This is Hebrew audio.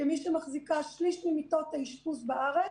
כמי שמחזיקה שליש ממיטות האשפוז בארץ